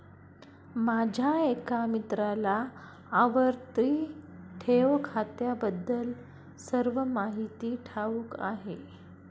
माझ्या एका मित्राला आवर्ती ठेव खात्याबद्दल सर्व माहिती ठाऊक आहे